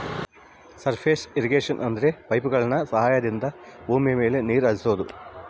surface irrigation ಅಂದ್ರೆ ಪೈಪ್ಗಳ ಸಹಾಯದಿಂದ ಭೂಮಿ ಮೇಲೆ ನೀರ್ ಹರಿಸೋದು